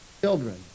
children